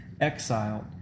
exiled